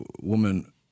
woman